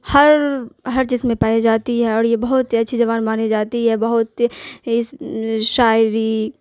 ہر ہر چیز میں پائی جاتی ہے اور یہ بہت ہی اچھی زبان مانی جاتی ہے بہت شاعری